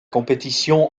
compétition